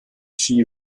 ski